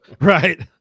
Right